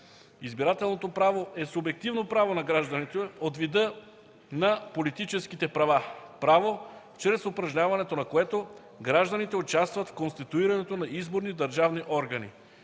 Избирателното право е субективно право на гражданите от вида на политическите права – право, чрез упражняването на което гражданите участват в конституирането на изборни държавни органи.